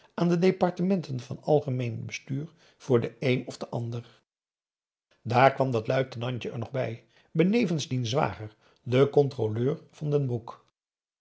aan de departementen van algemeen bestuur voor den een of den ander daar kwam dat luitenantje er nog bij benevens diens zwager den controleur van den broek